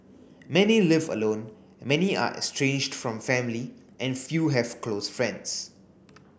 many live alone many are estranged from family and few have close friends